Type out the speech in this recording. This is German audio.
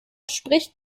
spricht